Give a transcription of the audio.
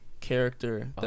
character